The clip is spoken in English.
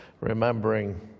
remembering